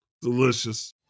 Delicious